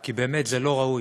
כי באמת זה לא ראוי.